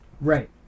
Right